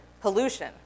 pollution